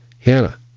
hannah